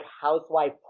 Housewife